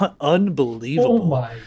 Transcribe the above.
unbelievable